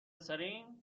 سرین